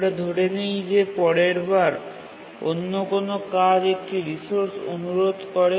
আমরা ধরে নিই যে পরের বার অন্য কোনও কাজ একটি রিসোর্স অনুরোধ করে